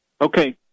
Okay